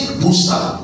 booster